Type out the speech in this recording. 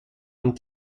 und